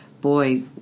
boy